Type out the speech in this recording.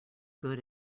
good